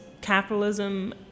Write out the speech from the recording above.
Capitalism